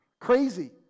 Crazy